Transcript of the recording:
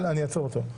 אני אעצור אותו.